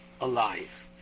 alive